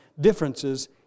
differences